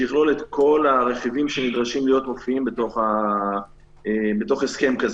שיכלול את כל הרכיבים שנדרשים להופיע בתוך הסכם כזה.